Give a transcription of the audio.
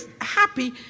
happy